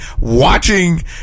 watching